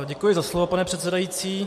Děkuji za slovo, pane předsedající.